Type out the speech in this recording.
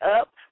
Up